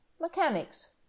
Mechanics